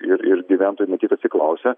ir ir gyventojų ne tik atsiklausia